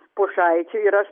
pušaičių ir aš